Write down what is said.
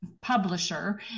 Publisher